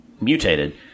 mutated